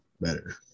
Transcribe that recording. better